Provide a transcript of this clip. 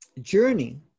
journey